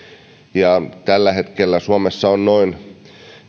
ja kun tällä hetkellä suomessa on noin